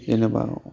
जेनेबा